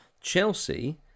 Chelsea